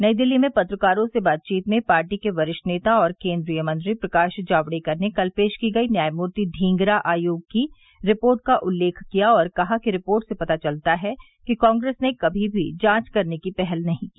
नई दिल्ली में पत्रकारों से बातचीत में पार्टी के वरिष्ठ नेता और केंद्रीय मंत्री प्रकाश जावड़ेकर ने कल पेश की गई न्यायनूर्ति ढींगरा आयोग की रिपोर्ट का उल्लेख किया और कहा कि रिपोर्ट से पता चलता है कि कांग्रेस ने कभी भी जांच करने की पहल नहीं की